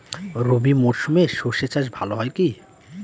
রবি মরশুমে সর্ষে চাস ভালো হয় কি?